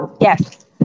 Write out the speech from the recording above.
Yes